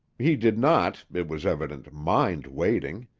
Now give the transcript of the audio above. he did not, it was evident, mind waiting.